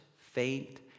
faint